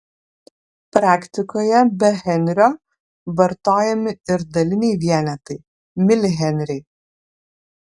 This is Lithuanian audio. praktikoje be henrio vartojami ir daliniai vienetai milihenriai